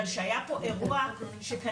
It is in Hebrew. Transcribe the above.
אבל שהיה פה אירוע שכנראה,